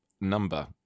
number